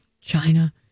China